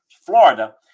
Florida